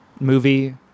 movie